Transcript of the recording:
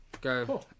go